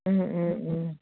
ও ও ও